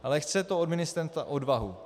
Ale chce to od ministerstva odvahu.